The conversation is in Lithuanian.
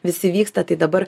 visi vyksta tai dabar